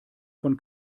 von